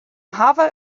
hawwe